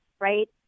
right